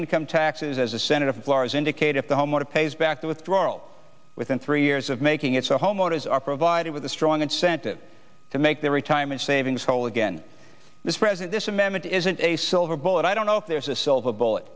income taxes as a senator flores indicate if the homeowner pays back the withdrawal within three years of making it so homeowners are provided with a strong incentive to make their retirement savings whole again this present this amendment isn't a silver bullet i don't know if there's a silver bullet